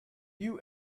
you